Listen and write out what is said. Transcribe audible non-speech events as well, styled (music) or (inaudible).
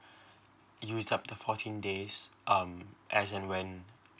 (breath) use up the fourteen days um as and when